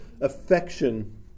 affection